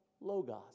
logos